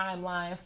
timeline